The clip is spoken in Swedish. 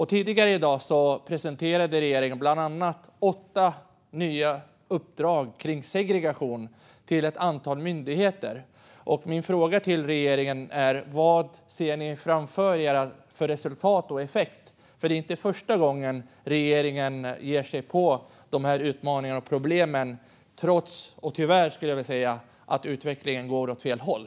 Tidigare i dag presenterade regeringen bland annat åtta nya uppdrag kring segregation till ett antal myndigheter. Min fråga till regeringen är: Vilka resultat och vilken effekt ser ni framför er? Det är ju inte första gången regeringen ger sig på de här utmaningarna och problemen, och trots det går utvecklingen tyvärr åt fel håll.